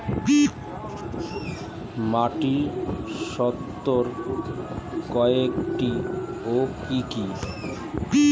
মাটির স্তর কয়টি ও কি কি?